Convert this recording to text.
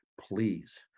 Please